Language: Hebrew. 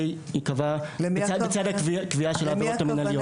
זה ייקבע בצד הקביעה של העבירות המינהליות.